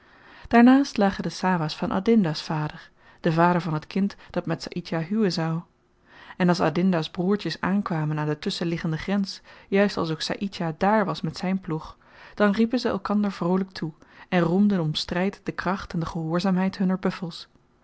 daarnaast lagen de sawahs van adinda's vader den vader van t kind dat met saïdjah huwen zou en als adinda's broertjes aankwamen aan de tusschenliggende grens juist als ook saïdjah dààr was met zyn ploeg dan riepen zy elkander vroolyk toe en roemden om stryd de kracht en de gehoorzaamheid hunner buffels